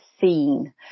seen